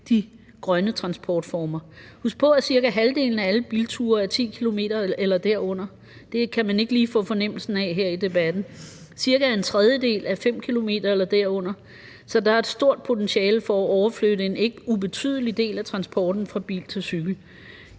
de grønne transportformer. Husk på, at cirka halvdelen af alle bilture er på 10 km eller derunder. Det kan man ikke lige få fornemmelsen af her i debatten. Cirka en tredjedel er på 5 km eller derunder. Så der er et stort potentiale for at overflytte en ikke ubetydelig del af transporten fra bil til cykel,